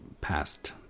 past